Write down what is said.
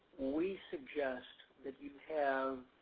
we suggest that you have